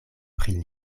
pri